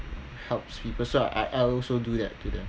helps people so I I also do that to them